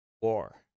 war